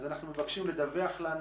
אז אנחנו מבקשים לדווח לנו,